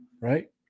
right